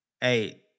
hey